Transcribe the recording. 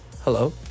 Hello